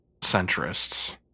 centrists